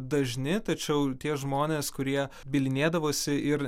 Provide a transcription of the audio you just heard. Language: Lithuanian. dažni tačiau tie žmonės kurie bylinėdavosi ir